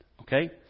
okay